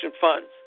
funds